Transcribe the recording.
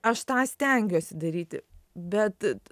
aš tą stengiuosi daryti bet